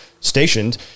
stationed